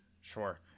Sure